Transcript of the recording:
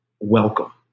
welcome